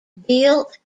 built